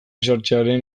sartzearen